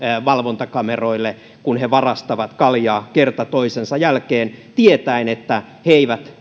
valvontakameroille kun he varastavat kaljaa kerta toisensa jälkeen tietäen että he eivät